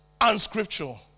unscriptural